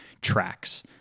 tracks